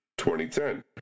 2010